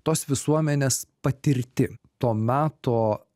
tos visuomenės patirti to meto